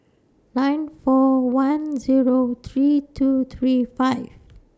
nine four one Zero three two three five